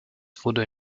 wurde